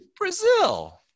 Brazil